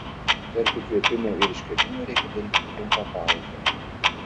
tarp įkvėpimo ir iškvėpimo reikia daryti trumpą pauzę